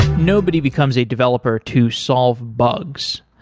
nobody becomes a developer to solve bugs.